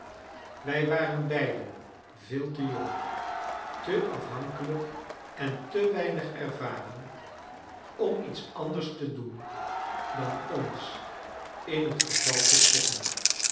wij waren beiden veel te jong te afhankelijk en te weinig ervaren om iets anders te doen dan ons in het geval te schikken